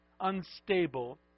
unstable